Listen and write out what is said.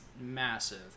massive